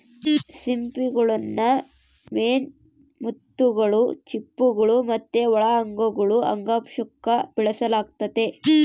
ಸಿಂಪಿಗುಳ್ನ ಮೇನ್ ಮುತ್ತುಗುಳು, ಚಿಪ್ಪುಗುಳು ಮತ್ತೆ ಒಳ ಅಂಗಗುಳು ಅಂಗಾಂಶುಕ್ಕ ಬೆಳೆಸಲಾಗ್ತತೆ